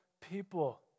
people